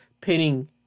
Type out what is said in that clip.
pinning